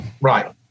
Right